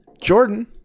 jordan